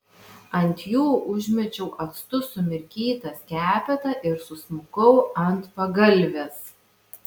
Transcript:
ant jų užmečiau actu sumirkytą skepetą ir susmukau ant pagalvės